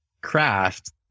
craft